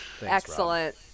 Excellent